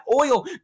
oil